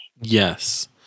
Yes